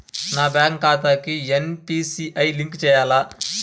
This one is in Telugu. నా బ్యాంక్ ఖాతాకి ఎన్.పీ.సి.ఐ లింక్ చేయాలా?